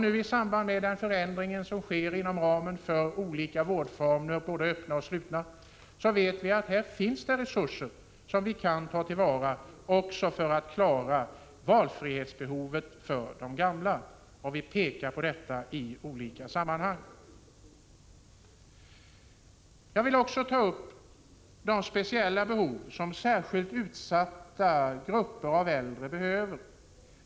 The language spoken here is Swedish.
I samband med den förändring som sker av olika vårdformer, både öppna och slutna, vet vi att här finns resurser som vi kan ta till vara för att klara också valfrihetsbehovet för de gamla, och detta framhåller vi i olika sammanhang. Jag vill också ta upp de speciella behov som särskilt utsatta grupper av äldre har.